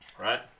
Right